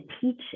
teach